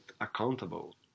accountable